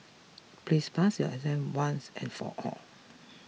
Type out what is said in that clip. please pass your exam once and for all